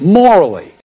morally